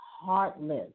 heartless